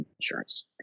insurance